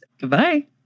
Goodbye